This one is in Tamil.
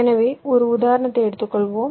எனவே ஒரு உதாரணத்தை எடுத்துக் கொள்வோம்